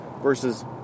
versus